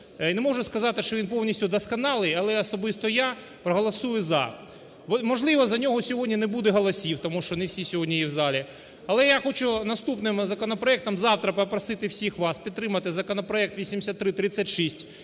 не можу сказати, що він повністю досконалий, але особисто я проголосую за. Можливо за нього сьогодні не буде голосів, тому що не всі сьогодні є в залі. Але я хочу наступним законопроектом завтра попросити всіх вас підтримати законопроект 8336,